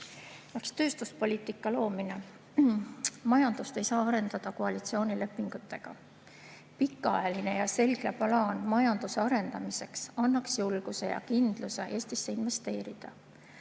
"Tööstuspoliitika loomine". Majandust ei saa arendada koalitsioonilepingutega. Pikaajaline ja selge plaan majanduse arendamiseks annaks julguse ja kindluse Eestisse investeerida.